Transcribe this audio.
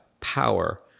power